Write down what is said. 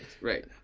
right